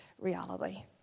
reality